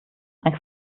ein